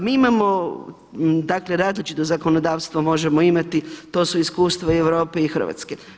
Mi imamo, dakle različito zakonodavstvo možemo imati to su iskustva i Europe i Hrvatske.